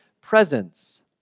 presence